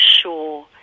sure